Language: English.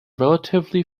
relatively